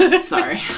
Sorry